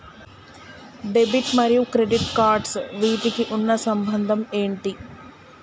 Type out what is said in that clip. Debit మరియు credit cards వీటికి ఉన్న సంబంధం ఏంటి?